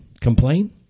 Complain